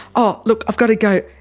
ah look, i've got to go,